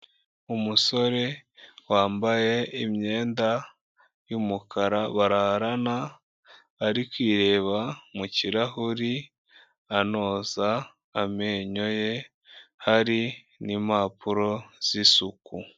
Umusore wambaye imyenda y'umukara bararana, ari kwireba mu kirahuri anoza amenyo ye, hari n'impapuro z'isuku.